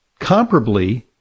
comparably